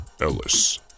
Ellis